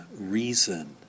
reason